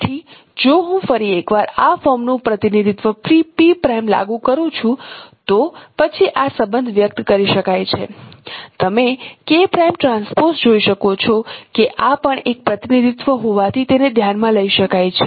તેથી જો હું ફરી એક વાર આ ફોર્મનું પ્રતિનિધિત્વ P' લાગુ કરું છું તો પછી આ સંબંધ વ્યક્ત કરી શકાય છે તમે જોઈ શકો છો કે આ પણ એક પ્રતિનિધિત્વ હોવાથી તેને ધ્યાનમાં લઈ શકાય છે